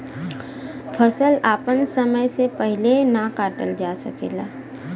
फसल आपन समय से पहिले ना काटल जा सकेला